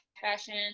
fashion